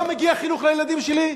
לא מגיע חינוך לילדים שלי?